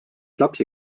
lapsi